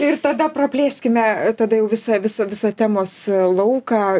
ir tada praplėskime tada jau visą visą visą temos lauką